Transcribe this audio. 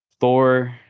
thor